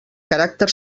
caràcter